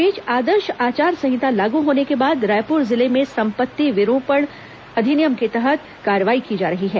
इस बीच आदर्श आचार संहिता लागू होने के बाद रायपुर जिले में संपत्ति विरूपण अधिनियम के तहत कार्रवाई की जा रही है